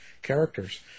characters